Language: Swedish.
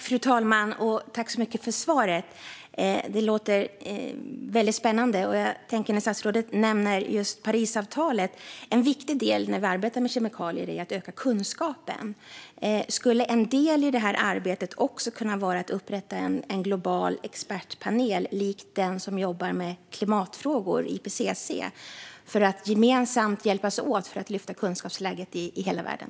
Fru talman! Jag tackar för svaret. Detta låter mycket spännande. Statsrådet nämner just Parisavtalet. En viktig del när vi arbetar med kemikalier är att öka kunskapen. Skulle en del i detta arbete också kunna vara att upprätta en global expertpanel likt den som jobbar med klimatfrågor, IPCC, för att man gemensamt ska hjälpas åt för att lyfta kunskapsläget i hela världen?